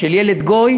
של ילד גוי